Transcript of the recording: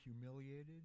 humiliated